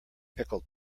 pickled